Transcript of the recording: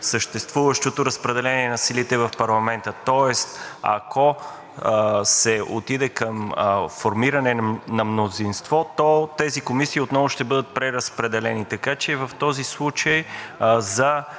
съществуващото разпределение на силите в парламента. Тоест, ако се отиде към формиране на мнозинство, то тези комисии отново ще бъдат преразпределени така, че в този случай за